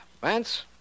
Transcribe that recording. Vance